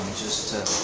just to,